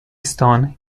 stone